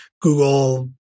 Google